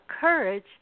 courage